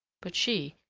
but she,